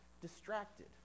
distracted